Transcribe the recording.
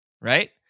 right